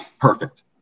perfect